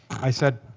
i said,